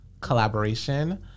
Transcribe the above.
collaboration